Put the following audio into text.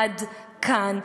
עד כאן.